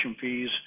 fees